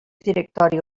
directori